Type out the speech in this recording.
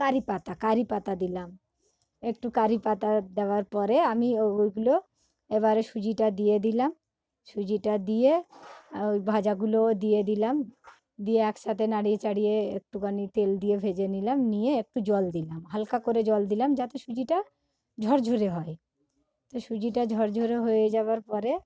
কারিপাতা কারিপাতা দিলাম একটু কারিপাতা দেওয়ার পরে আমি ও ওগুলো এবারে সুজিটা দিয়ে দিলাম সুজিটা দিয়ে ওই ভাজাগুলো দিয়ে দিলাম দিয়ে একসাথে নাড়িয়ে চাড়িয়ে একটুখানি তেল দিয়ে ভেজে নিলাম নিয়ে একটু জল দিলাম হালকা করে জল দিলাম যাতে সুজিটা ঝরঝরে হয় তো সুজিটা ঝরঝরে হয়ে যাবার পরে